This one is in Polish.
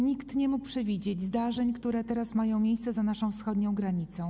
Nikt nie mógł przewidzieć zdarzeń, które teraz mają miejsce za naszą wschodnią granicą.